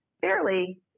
fairly